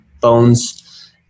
bones